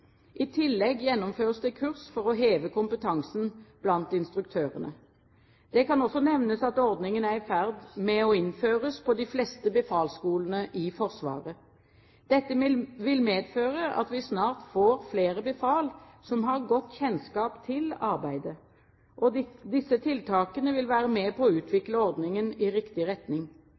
I tillegg gjennomføres det kurs for å heve kompetansen blant instruktørene. Det kan også nevnes at ordningen er i ferd med å innføres på de fleste befalskolene i Forsvaret. Dette vil medføre at vi snart får flere befal som har godt kjennskap til arbeidet, og disse tiltakene vil være med på å utvikle ordningen i riktig retning.